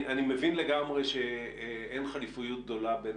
אני מבין לגמרי שאין חליפיות גדולה בין